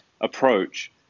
approach